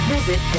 Visit